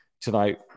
Tonight